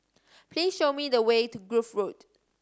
please show me the way to Grove Road